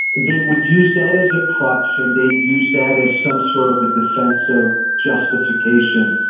they would use that as a crutch and they'd use that as some sort of a defense of justification.